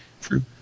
True